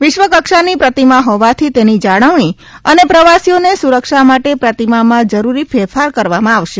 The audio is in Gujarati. વિશ્વકક્ષાની પ્રતિમા હોવાથી તેની જાળવણી અને પ્રવાસીઓને સુરક્ષા માટે પ્રતિમામાં જરૂરી ફેરફાર કરવામાં આવશે